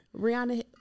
Rihanna